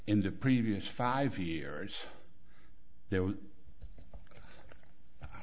in the previous five years there was